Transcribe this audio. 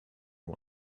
one